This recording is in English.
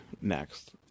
next